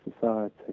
society